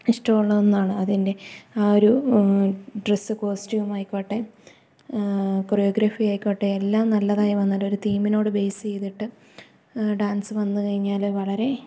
ഇഷ്ടമുള്ള ഒന്നാണ് അതിൻ്റെ ആ ഒരു ഡ്രസ്സ് കോസ്റ്റ്യൂം ആയിക്കോട്ടെ കൊറിയോഗ്രാഫി ആയിക്കോട്ടെ എല്ലാം നല്ലതായിവന്നാൽ ഒരു തീമിനോട് ബേസേയ്തിട്ട് ഡാൻസ് വന്നു കഴിഞ്ഞാല് വളരെ